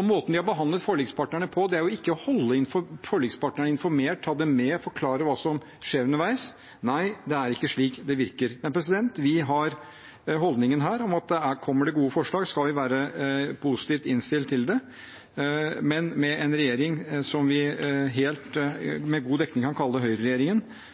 Måten de har behandlet forlikspartnerne på, er å ikke holde forlikspartnerne informert, ta dem med, forklare hva som skjer underveis. Nei, det er ikke slik det virker. Vi har den holdningen at kommer det gode forslag, skal vi være positivt innstilt til det. Men med en regjering som vi med helt god dekning kan kalle høyreregjeringen, tror jeg ikke det